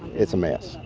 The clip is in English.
it is a mess.